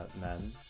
men